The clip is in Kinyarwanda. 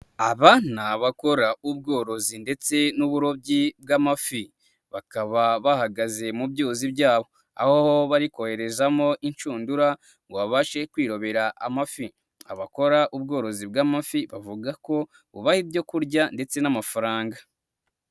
Aba ni abakora ubworozi ndetse n'uburobyi bw'amafi, bakaba bahagaze mu byuzi byabo aho bari koherezamo inshundura ngo babashe kwirobera amafi, abakora ubworozi bw'amafi bavuga ko bubaha ibyo kurya ndetse n'amafaranga.